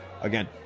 again